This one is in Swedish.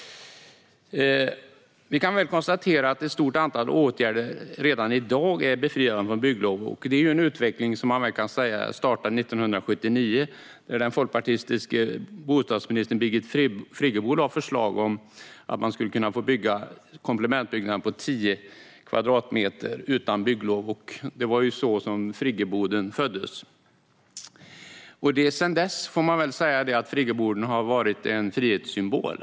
Vi kan konstatera att ett stort antal åtgärder redan i dag är befriade från bygglov. Man kan väl säga att det är en utveckling som startade 1979, när den folkpartistiska bostadsministern Birgit Friggebo lade fram förslag om att man skulle kunna bygga en komplementbyggnad på 10 kvadratmeter utan bygglov. Det var så friggeboden föddes. Sedan dess får man väl säga att friggeboden har varit en frihetssymbol.